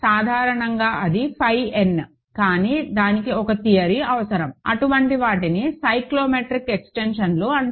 సాధారణంగా అది phi n కానీ దానికి ఒక థియరీ అవసరం అటువంటి వాటిని సైక్లోటోమిక్ ఎక్స్టెన్షన్స్ అంటారు